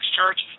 Church